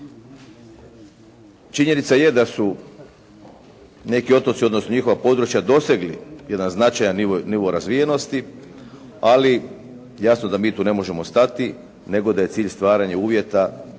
Činjenica je da su neki otoci odnosno njihova područja dosegli jedan značajan nivo razvijenosti, ali jasno da mi tu ne možemo stati nego da je cilj stvaranje uvjeta